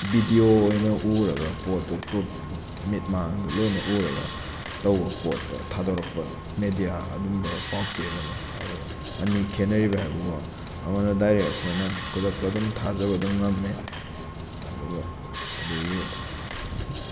video ꯑꯣꯏꯅ ꯎꯔꯒ ꯄꯣꯠꯇꯣ ꯄ꯭ꯔꯨꯞ ꯃꯤꯠꯃꯥꯡꯗ ꯂꯣꯏꯅ ꯎꯔꯒ ꯇꯧꯕ ꯄꯣꯠꯇ ꯊꯥꯗꯣꯔꯛꯄ ꯃꯦꯗꯤꯌꯥ ꯑꯗꯨꯒꯨꯝꯕ ꯄꯥꯎꯆꯦ ꯑꯗꯨꯅꯦ ꯑꯅꯤ ꯈꯦꯅꯔꯤꯕ ꯍꯥꯏꯕꯕꯨꯀꯣ ꯑꯃꯅ ꯗꯥꯏꯔꯦꯛ ꯑꯩꯈꯣꯏꯅ ꯈꯨꯗꯛꯇ ꯑꯗꯨꯝ ꯊꯥꯖꯕ ꯑꯗꯨꯝ ꯉꯝꯃꯦ ꯑꯗꯨꯒ ꯑꯗꯨꯗꯒꯤ